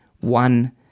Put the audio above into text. one